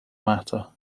matter